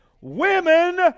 Women